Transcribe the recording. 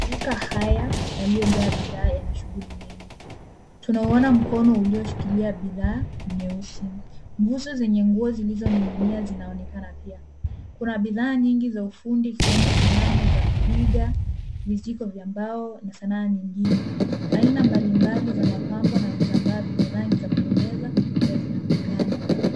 Duka haya yaliyojaa bidhaa yana shughuli nyingi. Tunawaona mkono ulioshikilia bidhaa nyeusi. Nguzo zenye nguo zilizoning'inia zinaonekana pia. Kuna bidhaa nyingi za ufundi ikiwemo sanamu za twiga. Vijiko vya mbao na sanaa nyingine, aina mbalimbali za mapambo na vitambaa vyenye rangi za kupendeza pia zinaonekana.